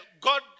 God